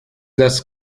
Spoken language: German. das